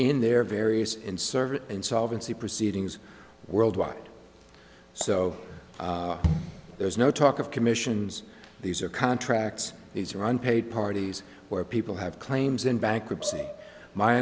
in their various in service insolvency proceedings worldwide so there's no talk of commissions these are contracts these are unpaid parties where people have claims and bankruptcy my